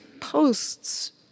posts